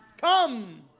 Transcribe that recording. Come